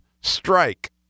strike